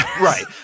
right